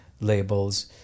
labels